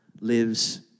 lives